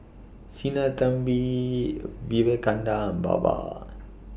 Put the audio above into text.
Sinnathamby Vivekananda and Baba